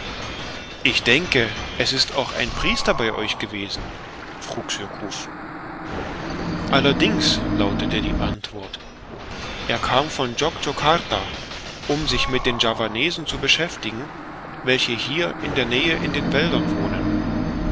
ich denke es ist auch ein priester bei euch gewesen frug surcouf allerdings lautete die antwort er kam von djokjokarta um sich mit den javanesen zu beschäftigen welche hier in der nähe in den wäldern wohnen